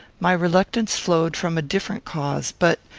my reluctance flowed from a different cause, but,